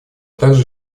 также